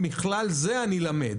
ומכלל זה אני למד.